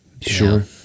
sure